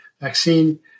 vaccine